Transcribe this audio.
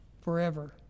forever